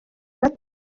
gatanu